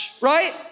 right